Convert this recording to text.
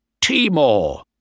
Timor